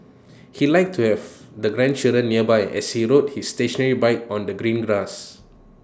he liked to have the grandchildren nearby as he rode his stationary bike on the green grass